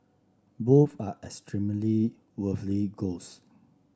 both are extremely worthy goals